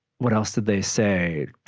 what else did they say